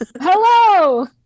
Hello